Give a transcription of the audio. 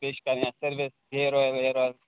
بیٚیہِ چھِ کَرٕنۍ اَتھ سٔروِس گیر اَویل ویر اَویل